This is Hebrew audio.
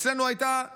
אצלנו הייתה פריחה,